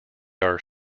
are